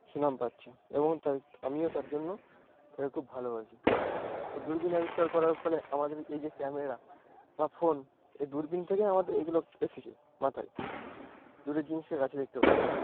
সুনাম পাচ্ছে এবং আমিও তার জন্য তাঁকে খুব ভালোবাসি এই দূরবীন আবিষ্কার করার ফলে আমাদের এই যে ক্যামেরা বা ফোন এই দূরবীন থেকেই আমাদের এগুলো এসেছে মাথায় দূরের জিনিসকে কাছে দেখতে পাচ্ছি